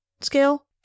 scale